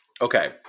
Okay